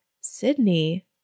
Sydney